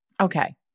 okay